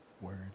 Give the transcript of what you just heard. word